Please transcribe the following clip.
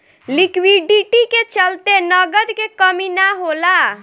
liquidity के चलते नगद के कमी ना होला